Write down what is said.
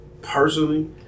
personally